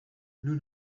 nous